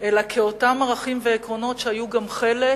אלא כאותם ערכים ועקרונות שהיו גם חלק